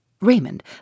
Raymond